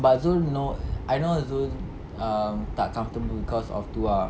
but zul know I know zul um tak comfortable cause of tu ah